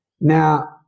now